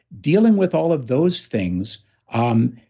dealing with all of those things um